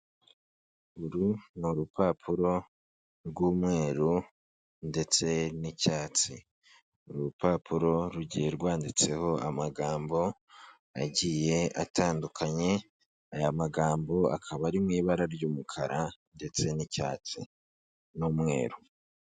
Uru ni urupapuro rw'umweru ndetse n'icyatsi. Uru rupapuro rugiye rwanditseho amagambo agiye atandukanye, aya magambo akaba ari mu ibara ry'umukara ndetse n'icyatsi n'umweru.